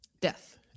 Death